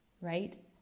right